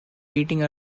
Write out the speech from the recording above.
beating